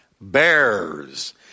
bears